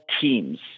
teams